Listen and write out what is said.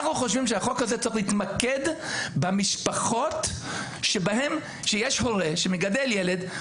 אנחנו חושבים שהחוק הזה צריך להתמקד במשפחות שיש הורה שמגדל ילד,